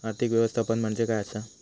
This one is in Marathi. आर्थिक व्यवस्थापन म्हणजे काय असा?